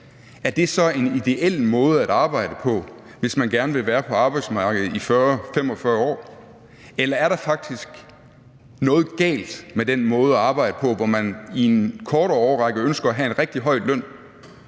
er det en ideel måde at arbejde på, hvis man gerne vil være på arbejdsmarkedet i 40-45 år. Eller er der faktisk noget galt med den måde at arbejde på, hvor man i en kortere årrække ønsker at have en rigtig høj løn,